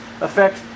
affect